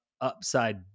upside